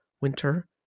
Winter